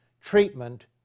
treatment